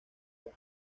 las